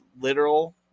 literal